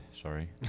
sorry